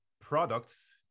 products